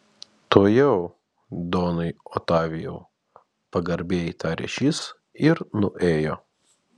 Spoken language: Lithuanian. tuojau donai otavijau pagarbiai tarė šis ir nuėjo